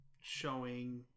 showing